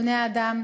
בני-האדם,